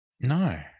No